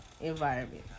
environment